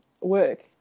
work